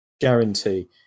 guarantee